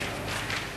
להעביר את